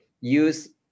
use